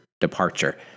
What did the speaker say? departure